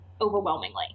overwhelmingly